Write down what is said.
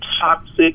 toxic